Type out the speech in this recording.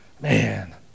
Man